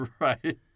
Right